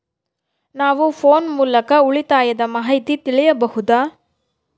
ನಾವು ಫೋನ್ ಮೂಲಕ ಉಳಿತಾಯದ ಮಾಹಿತಿ ತಿಳಿಯಬಹುದಾ?